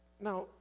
Now